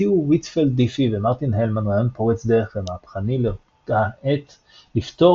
הציעו ויטפילד דיפי ומרטין הלמן רעיון פורץ דרך ומהפכני לאותה עת לפתור